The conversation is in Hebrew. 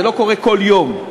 זה לא קורה כל יום.